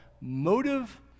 motive